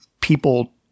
people